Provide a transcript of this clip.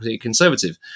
conservative